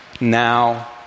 now